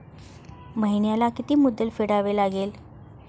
महिन्याला किती मुद्दल फेडावी लागेल?